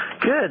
Good